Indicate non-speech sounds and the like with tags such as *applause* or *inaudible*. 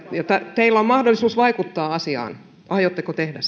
teillä on mahdollisuus vaikuttaa asiaan aiotteko tehdä *unintelligible*